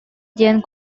диэн